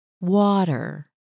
Water